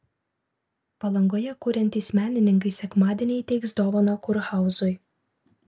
palangoje kuriantys menininkai sekmadienį įteiks dovaną kurhauzui